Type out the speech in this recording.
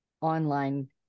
online